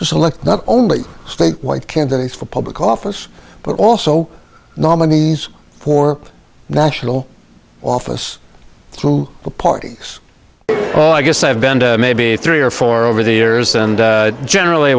select not only state white candidates for public office but also nominees for national office through the parties i guess i've been to maybe three or four over the years and generally